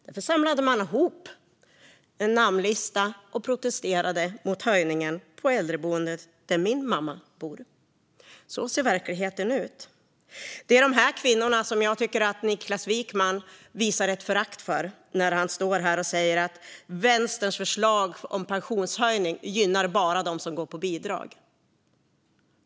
Därför gjorde man en namnlista och protesterade mot höjningen på äldreboendet där min mamma bor. Så ser verkligheten ut. Det är dessa kvinnor som Niklas Wykman visar ett förakt för när han säger att Vänsterns förslag om pensionshöjning bara gynnar dem som går på bidrag.